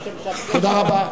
תודה רבה.